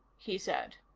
he said.